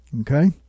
okay